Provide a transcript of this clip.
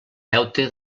deute